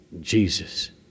Jesus